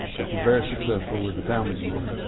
which is very successful with the talmadge name.